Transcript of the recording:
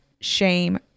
shame